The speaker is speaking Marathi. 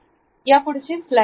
पुढची स्लाईड बघा